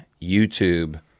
YouTube